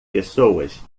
pessoas